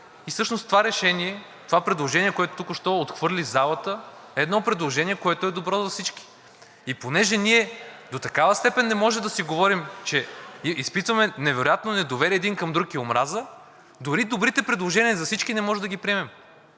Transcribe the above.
а всъщност това предложение, което току-що отхвърли залата, е предложение, което е добро за всички. И понеже ние до такава степен не можем да си говорим, че изпитваме невероятно недоверие и омраза един към друг, дори добрите предложения за всички не можем да ги приемем.